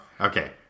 Okay